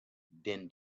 din